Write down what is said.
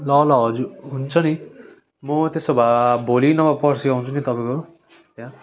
ल ल हजुर हुन्छ नि म त्यसो भए भोलि नभए पर्सी आउँछु नि तपाईँकोमा त्यहाँ